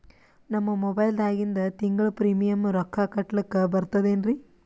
ನಮ್ಮ ಮೊಬೈಲದಾಗಿಂದ ತಿಂಗಳ ಪ್ರೀಮಿಯಂ ರೊಕ್ಕ ಕಟ್ಲಕ್ಕ ಬರ್ತದೇನ್ರಿ?